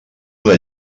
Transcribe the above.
una